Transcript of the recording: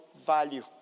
value